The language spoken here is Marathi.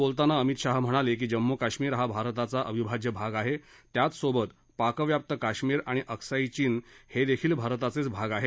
या ठरावावर बोलताना अमित शहा म्हणाले की जम्मू कश्मीर हा भारताचा अविभाज्य भाग आहे त्याचबरोबर पाकव्याप्त कश्मीर आणि अक्साई चीन हेदेखील भारताचाच भाग आहेत